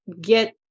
get